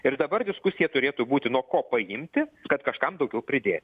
ir dabar diskusija turėtų būti nuo ko paimti kad kažkam daugiau pridėt